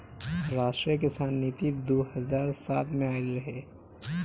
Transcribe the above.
राष्ट्रीय किसान नीति दू हज़ार सात में आइल रहे